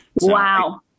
Wow